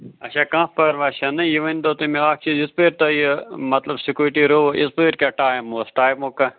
اَچھا کانٛہہ پرواے چھَنہٕ یہِ ؤنۍتو تُہۍ مےٚ اَکھ چیٖز یِتھ پٲٹھۍ تۄہہِ یہِ مطلب سٕکوٗٹی رٲوٕو یِتھ پٲٹھۍ کیٛاہ ٹایِم اوس ٹایمُک کانٛہہ